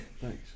thanks